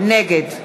נגד,